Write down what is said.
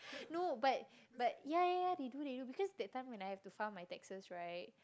no but but ya ya ya they do they do because that time when I have to file my taxes right